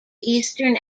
eastern